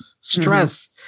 stress